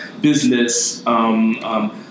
business